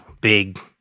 big